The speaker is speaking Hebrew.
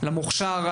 למוכש"ר,